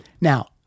Now